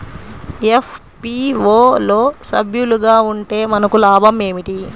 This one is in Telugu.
ఎఫ్.పీ.ఓ లో సభ్యులుగా ఉంటే మనకు లాభం ఏమిటి?